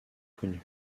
connus